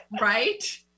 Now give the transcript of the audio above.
right